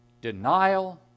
denial